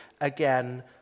again